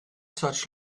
such